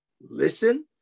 listen